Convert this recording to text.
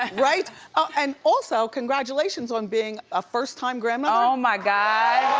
and right. oh and also, congratulations, on being a first time grandmother? oh my god.